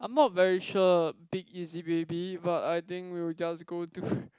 I'm not very sure big easy baby but I think we will just go to